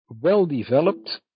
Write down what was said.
well-developed